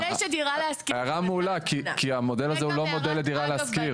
הערה מעולה, כי המודל הזה הוא לא לדירה להשכיר.